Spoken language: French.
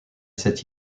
cette